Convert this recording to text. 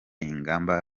ingamba